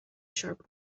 sharp